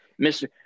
Mr